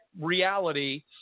reality